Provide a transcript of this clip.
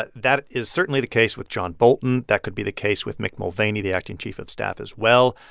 that that is certainly the case with john bolton. that could be the case with mick mulvaney, the acting chief of staff as well.